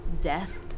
death